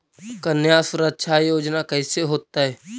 कन्या सुरक्षा योजना कैसे होतै?